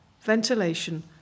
ventilation